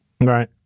Right